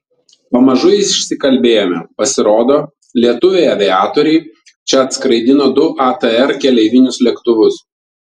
pamažu išsikalbėjome pasirodo lietuviai aviatoriai čia atskraidino du atr keleivinius lėktuvus